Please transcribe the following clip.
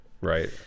Right